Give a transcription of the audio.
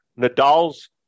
Nadal's